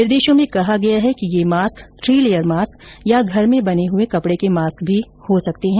निर्देशों में कहा गया है कि ये मास्क थ्री लेयर मास्क या घर में बने हए कपडे के मास्क भी हो सकते है